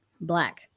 black